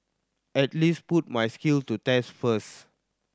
at least put my skills to test first